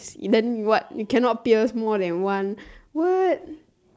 then what you cannot pierce more than once what